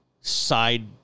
side